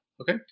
okay